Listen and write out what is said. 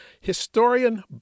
Historian